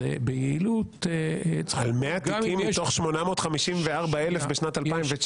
אז ביעילות צריכה להיות --- על 100 תיקים מתוך 854,000 בשנת 2019?